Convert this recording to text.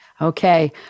Okay